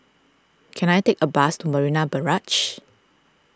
can I take a bus to Marina Barrage